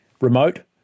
remote